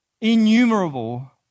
Innumerable